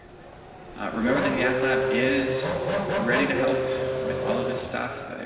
remember the yeah ass lab is ready to help with all of this stuff,